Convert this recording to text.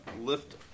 lift